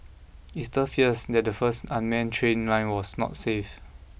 it stirred fears that the first unmanned train line was not safe